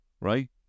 right